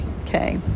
Okay